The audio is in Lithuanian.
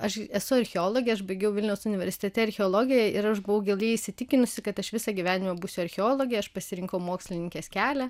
aš esu archeologė aš baigiau vilniaus universitete archeologiją ir aš buvau giliai įsitikinusi kad aš visą gyvenimą būsiu archeologė aš pasirinkau mokslininkės kelią